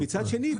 אבל מצד שני,